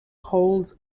holds